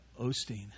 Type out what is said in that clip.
Osteen